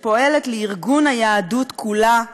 שפועלת לארגון היהדות כולה,